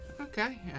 Okay